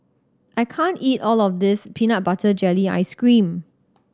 I can't eat all of this peanut butter jelly ice cream